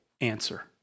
answer